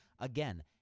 Again